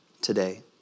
today